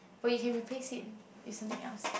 but you can replace it with something else